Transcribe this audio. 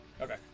Okay